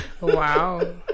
wow